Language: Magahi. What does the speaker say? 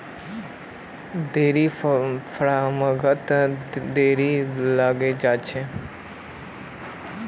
डेयरी फ़ार्मिंगत खर्चाओ बहुत लागे जा छेक